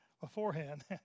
beforehand